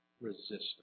resistance